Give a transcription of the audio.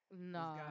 No